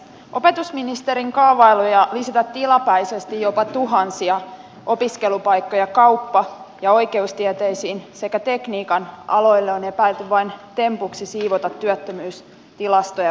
opetusministerin kaavailuja lisätä tilapäisesti jopa tuhansia opiskelupaikkoja kauppa ja oikeustieteisiin sekä tekniikan aloille on epäilty vain tempuksi siivota työttömyystilastoja väliaikaisesti